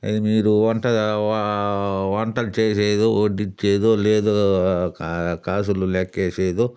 మీరు వంట వంట చేసేదో వడ్డిచ్చేదో లేదో కా కాసులు లెక్క ఎసేదో